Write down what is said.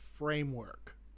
framework